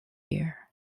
year